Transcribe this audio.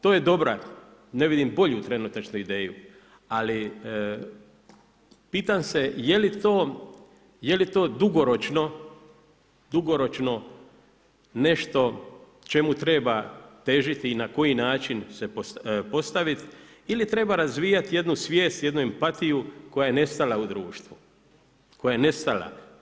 To je dobra, ne vidim bolju trenutačno ideju, ali pitam se jeli to dugoročno nešto čemu treba težiti i na koji način se postaviti ili treba razvijati jednu svijest jednu empatiju koja je nestala u društvu, koja je nestala.